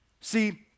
See